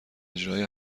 اجرای